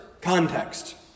context